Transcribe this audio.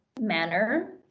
manner